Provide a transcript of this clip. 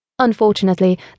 Unfortunately